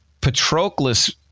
Patroclus